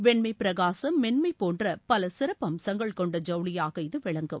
வெண்மை பிரகாசம் மென்மை போன்ற பல சிறப்பு அம்சங்கள் கொண்ட ஜவுளியாக இது விளங்கும்